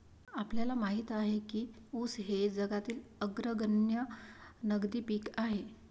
आपल्याला माहित आहे काय की ऊस हे जगातील अग्रगण्य नगदी पीक आहे?